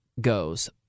goes